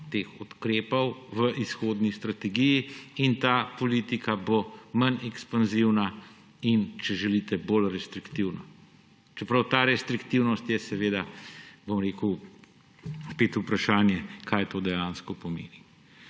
teh ukrepov v izhodni strategiji in ta politika bo manj ekspanzivna, in če želite, bolj restriktivna. Čeprav je glede te restriktivnosti, bom rekel, spet vprašanje, kaj to dejansko pomeni.